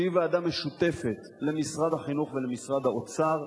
שהיא ועדה משותפת למשרד החינוך ולמשרד האוצר.